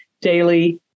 daily